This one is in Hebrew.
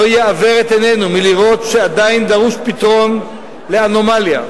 לא יעוור את עינינו מלראות שעדיין דרוש פתרון לאנומליה,